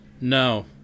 no